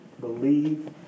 believe